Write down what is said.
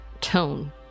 tone